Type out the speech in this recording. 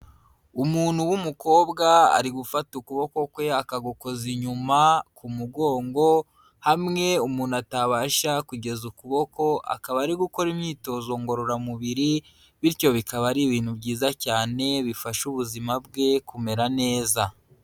Umuntu w'umukobwa ari gufata ukuboko kwe akagukoza inyuma ku mugongo, hamwe umuntu atabasha kugeza ukuboko, akaba ari gukora imyitozo ngororamubiri, bityo bikaba ari ibintu byiza cyane bifasha ubuzima bwe kumera neza.